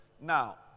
Now